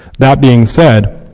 that being said,